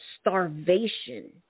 starvation